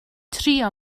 trio